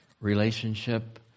relationship